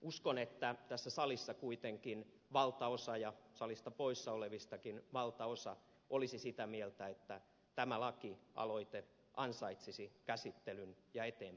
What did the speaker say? uskon että tässä salissa kuitenkin valtaosa ja salista poissa olevistakin valtaosa olisi sitä mieltä että tämä lakialoite ansaitsisi käsittelyn ja eteenpäinviemisen